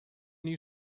new